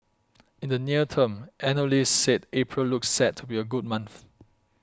in the near term analysts said April looks set to be a good month